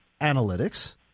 analytics